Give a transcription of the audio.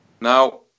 Now